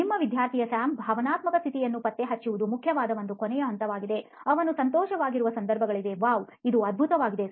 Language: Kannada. ನಿಮ್ಮ ವಿದ್ಯಾರ್ಥಿಯ ಸ್ಯಾಮ್ನ ಭಾವನಾತ್ಮಕ ಸ್ಥಿತಿಯನ್ನು ಪತ್ತೆಹಚ್ಚುವುದು ಮುಖ್ಯವಾದ ಒಂದು ಕೊನೆಯ ಹಂತವಾಗಿದೆ ಅವನು ಸಂತೋಷವಾಗಿರುವ ಸಂದರ್ಭಗಳಿವೆ ವಾಹ್ ಇದು ಅದ್ಭುತವಾಗಿದೆ